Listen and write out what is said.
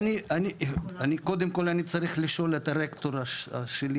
אבל קודם כל אני צריך לשאול את הרקטור שלי,